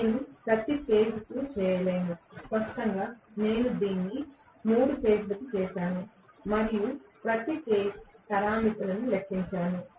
నేను ప్రతి దశకు చేయలేను స్పష్టంగా నేను దీన్ని 3 దశలకు చేసాను మరియు తరువాత ప్రతి దశ పారామితులను లెక్కించాను